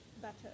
better